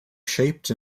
shaped